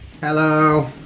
Hello